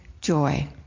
joy